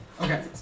Okay